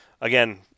again